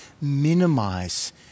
minimize